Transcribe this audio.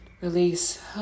Release